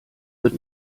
wird